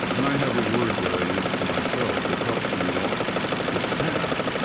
and i have a word that i use for myself that helps me walk this path,